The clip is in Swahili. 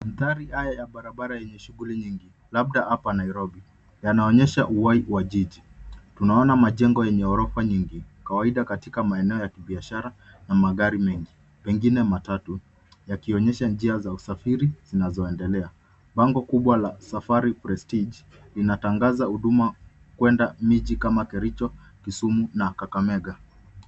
Mandhari haya ya barabara yenye shughuli nyingi labda hapa Nairobi, yanaonyesha uhai wa jiji. Tunaona majengo yenye gorofa nyingi kawaida katika maeneo ya kibiashara na magari mengi pengine matatu yakionyesha njia za usafiri zinazoendelea. Bango kubwa la Safari Prestige inatangaza huduma kwenda miji kama Kericho, Kisumu na Kakamega.